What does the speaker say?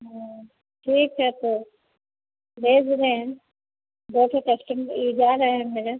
हाँ ठीक है तो भेज रहे हैं दो ठू कस्टम ही जा रहे हैं मेरे